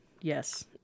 Yes